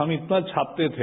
हम इतना छापते थे